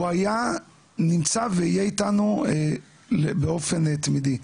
הוא היה, נמצא ויהיה איתנו באופן תמידי.